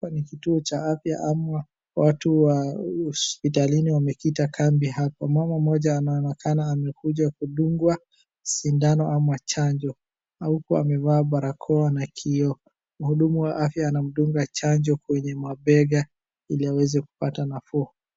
Hapa ni kituo cha afya ama watu wa hospitalini wamekita kambi hapo. Mama mmoja anonekana amekuja kudungwa sindano ama chanjo huku amevaa barakoa na kioo. Mhudumu wa afya anamdunga chanjo kwenye mabega ili aweze kupata nafuu.